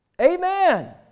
Amen